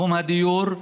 בתחום הדיור,